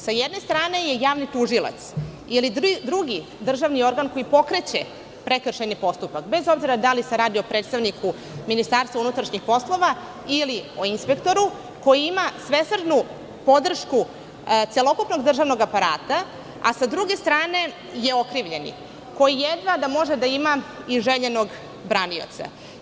Sa jedne strane je javni tužilac ili drugi državni organ koji pokreće prekršajni postupak, bez obzira da li se radi o predstavniku Ministarstva unutrašnjih poslova ili o inspektoru koji ima svesrdnu podršku celokupnog državnog aparata, a sa druge strane je okrivljeni, koji jedva može da ima željenog branioca.